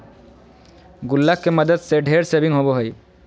गुल्लक के मदद से ढेर सेविंग होबो हइ